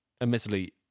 admittedly